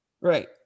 Right